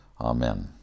Amen